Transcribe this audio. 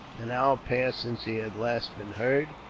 an hour passed, since he had last been heard.